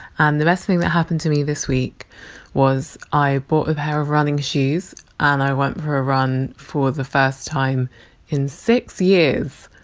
and the best thing that happened to me this week was i bought a pair of running shoes, and i went for a run for the first time in six years.